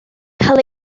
cael